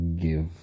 give